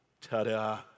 Ta-da